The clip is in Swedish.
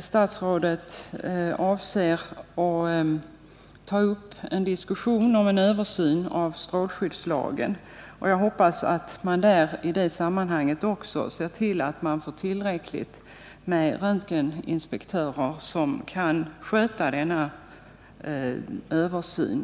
statsrådet avser att ta upp en diskussion om en översyn av strålskyddslagen. Jag hoppas att man i det sammanhanget också ser till att man får tillräckligt med röntgeninspektörer som kan sköta denna kontroll.